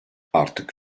artık